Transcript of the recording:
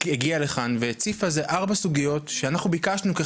שהגיעה לכאן והציפה פה ארבע סוגיות שאנחנו ביקשנו מכם